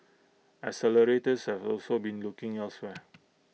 accelerators have also been looking elsewhere